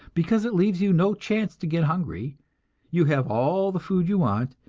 because it leaves you no chance to get hungry you have all the food you want,